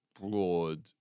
broad